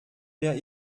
der